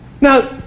Now